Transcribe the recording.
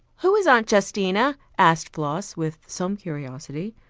who is aunt justina? asked floss with some curiosity,